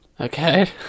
Okay